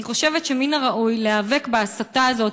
אני חושבת שמן הראוי להיאבק בהסתה הזאת